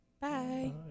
Bye